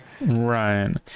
Right